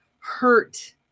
hurt